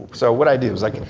so what i do is like,